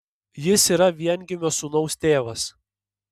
jis yra viengimio sūnaus tėvas